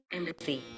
Embassy